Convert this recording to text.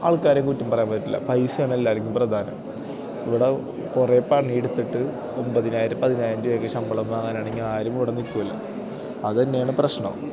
ആൾക്കാരെയും കുറ്റം പറയാൻ പറ്റില്ല പൈസയാണ് എല്ലാവർക്കും പ്രധാനം ഇവിടെ കുറേ പണിയെടുത്തിട്ട് ഒമ്പതിനായിരം പതിനായിരം രൂപയൊക്കെ ശമ്പളം വാങ്ങാനാണെങ്കില് ആരും ഇവിടെ നില്ക്കില്ല അതുതന്നെയാണു പ്രശ്നം